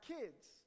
kids